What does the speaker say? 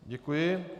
Děkuji.